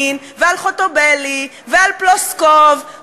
וחברים, העידן הזה נגמר, וזה שאתם עכשיו, כולכם,